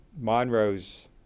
Monroe's